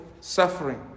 suffering